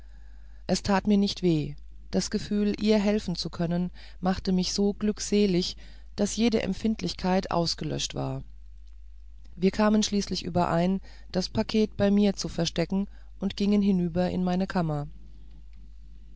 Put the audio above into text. es tat mir nicht weh das gefühl ihr helfen zu können machte mich so glückselig daß jede empfindlichkeit ausgelöscht war wir kamen schließlich überein das paket bei mir zu verstecken und gingen hinüber in meine kammer